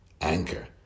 Anchor